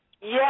yes